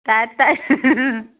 ꯇꯥꯏ ꯇꯥꯏ